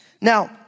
Now